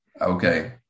Okay